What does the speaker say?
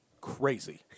Crazy